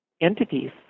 entities